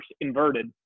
inverted